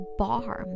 bar